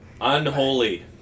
Unholy